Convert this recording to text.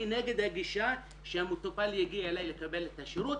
אני נגד הגישה שהמטופל יגיע אליי לקבל את השירות,